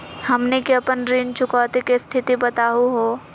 हमनी के अपन ऋण चुकौती के स्थिति बताहु हो?